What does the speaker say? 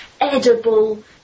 edible